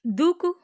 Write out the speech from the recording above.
దూకు